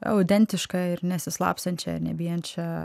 autentiška ir nesislapstančia ir nebijančia